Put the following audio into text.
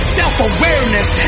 self-awareness